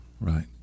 Right